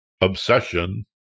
obsession